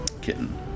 kitten